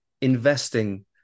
investing